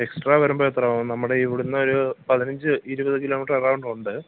extra വരുമ്പോൾ എത്രയാകും നമ്മുടെ ഇവിടെ നിന്നൊരു പതിനഞ്ച് ഇരുപത് കിലോ മീറ്റർ എറൗണ്ടുണ്ട്